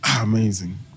Amazing